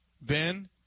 Ben